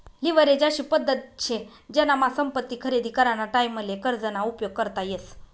leverage अशी पद्धत शे जेनामा संपत्ती खरेदी कराना टाईमले कर्ज ना उपयोग करता येस